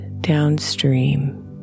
downstream